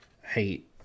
hate